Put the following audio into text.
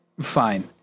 fine